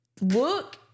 look